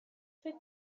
فکر